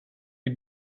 you